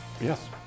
Yes